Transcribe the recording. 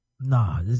Nah